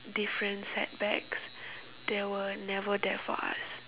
different setbacks they were never there for us